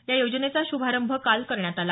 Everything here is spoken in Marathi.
या योजनेचा शुभारंभ काल करण्यात आला